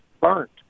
burnt